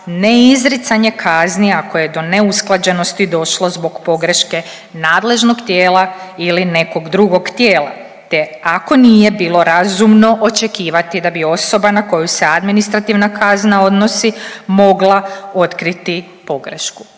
ne izricanje kazni ako je do neusklađenosti došlo zbog pogreške nadležnog tijela ili nekog drugog tijela, te ako nije bilo razumno očekivati da bi osoba na koju se administrativna kazna odnosi mogla otkriti pogrešku.